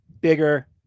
Bigger